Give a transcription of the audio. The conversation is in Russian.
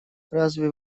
разве